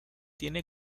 tiene